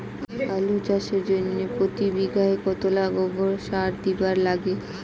আলু চাষের জইন্যে প্রতি বিঘায় কতোলা গোবর সার দিবার লাগে?